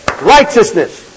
righteousness